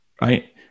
right